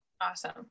Awesome